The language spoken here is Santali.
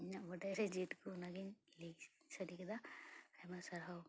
ᱤᱧᱟᱹᱜ ᱵᱟᱰᱟᱭ ᱨᱮ ᱡᱮᱴᱩᱠᱩ ᱚᱱᱟᱜᱮᱧ ᱞᱟᱹᱭ ᱥᱟᱰᱮ ᱠᱮᱫᱟ ᱟᱭᱢᱟ ᱥᱟᱨᱦᱟᱣ